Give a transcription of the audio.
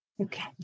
Okay